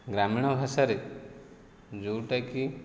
ଗ୍ରାମୀଣ ଭାଷାରେ ଯେଉଁଟାକି